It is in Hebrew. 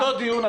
באותו דיון,